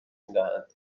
میدهند